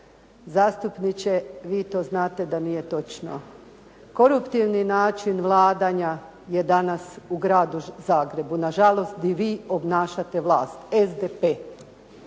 Zastupniče, vi to znate da nije točno. Korumptivni način vladanja je danas u gradu Zagrebu, nažalost gdje vi obnašate vlast, SDP.